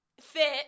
fit